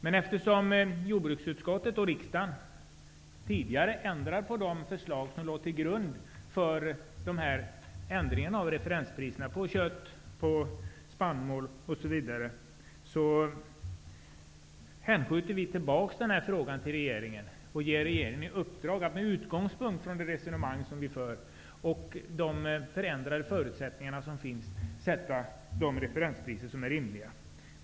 Eftersom jordbruksutskottet och riksdagen tidigare ändrat på de förslag som låg till grund för ändringarna av referenspriserna på kött, spannmål osv. hänskjuter vi frågan tillbaka till regeringen och ger regeringen i uppdrag att med utgångspunkt i det resonemang vi för och i de förändrade förutsättningarna sätta de referenspriser som är rimliga.